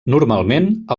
normalment